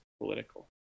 political